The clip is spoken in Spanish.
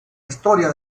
historia